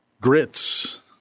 grits